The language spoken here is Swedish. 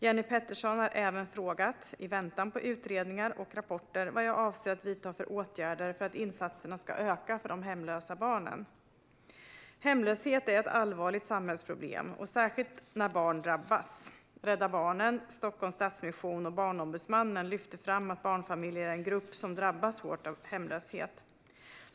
Jenny Petersson har även frågat, i väntan på utredningar och rapporter, vad jag avser att vidta för åtgärder för att insatserna ska öka för de hemlösa barnen. Hemlöshet är ett allvarligt samhällsproblem och särskilt när barn drabbas. Rädda Barnen, Stockholms Stadsmission och Barnombudsmannen lyfter fram att barnfamiljer är en grupp som drabbats hårt av hemlöshet.